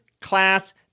class